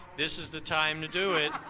this is the time to do it.